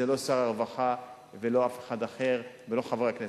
זה לא שר הרווחה ולא אף אחד אחר, ולא חברי הכנסת.